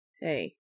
Hey